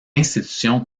institution